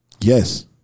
Yes